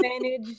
manage